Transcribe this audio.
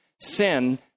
Sin